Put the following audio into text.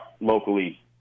locally